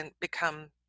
become